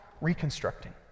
reconstructing